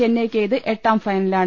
ചെന്നൈയ്ക്ക് ഇത് എട്ടാം ഫൈനലാണ്